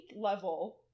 level